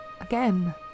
Again